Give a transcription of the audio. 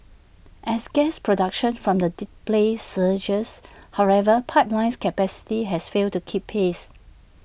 as gas production from the Di play surges however pipelines capacity has failed to keep pace